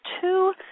two